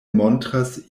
montras